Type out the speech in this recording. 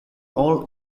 all